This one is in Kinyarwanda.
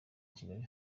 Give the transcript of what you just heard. kigali